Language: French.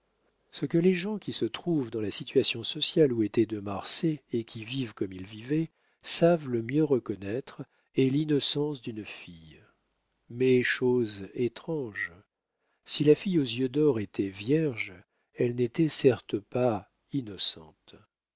ce que les gens qui se trouvent dans la situation sociale où était de marsay et qui vivent comme il vivait savent le mieux reconnaître est l'innocence d'une fille mais chose étrange si la fille aux yeux d'or était vierge elle n'était certes pas innocente